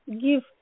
give